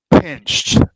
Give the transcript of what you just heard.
Pinched